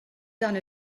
done